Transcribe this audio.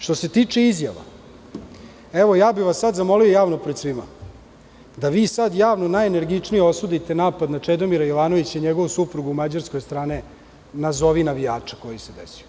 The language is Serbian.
Što se tiče izjava, evo ja bih vas sad zamolio javno pred svima, da vi sad javno najenergičnije osudite napad na Čedomira Jovanovića i njegovu suprugu u Mađarskoj od strane nazovi navijača, koji se desio.